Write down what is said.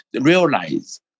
realize